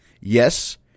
Yes